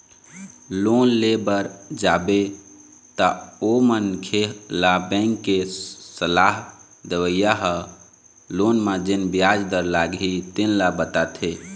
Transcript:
loan ले बर जाबे तअमनखे ल बेंक के सलाह देवइया ह लोन म जेन बियाज दर लागही तेन ल बताथे